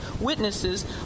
witnesses